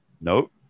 Nope